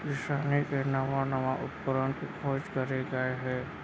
किसानी के नवा नवा उपकरन के खोज करे गए हे